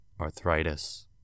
arthritis